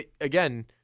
again